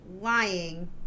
lying